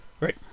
right